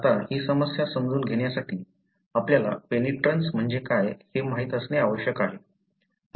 आता ही समस्या समजून घेण्यासाठी आपल्याला पेनिट्रन्स म्हणजे काय हे माहित असणे आवश्यक आहे